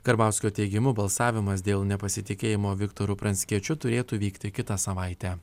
karbauskio teigimu balsavimas dėl nepasitikėjimo viktoru pranckiečiu turėtų vykti kitą savaitę